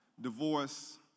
divorce